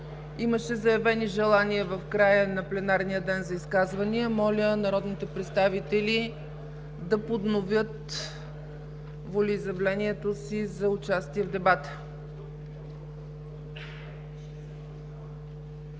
имаше заявени желания в края на работния ден за изказвания. Моля народните представители да подновят волеизявленията си за участие в дебата.